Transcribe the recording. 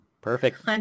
Perfect